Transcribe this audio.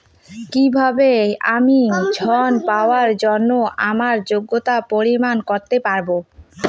কিভাবে আমি ঋন পাওয়ার জন্য আমার যোগ্যতার পরিমাপ করতে পারব?